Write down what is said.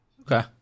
Okay